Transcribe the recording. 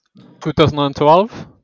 2012